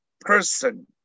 person